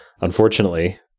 Unfortunately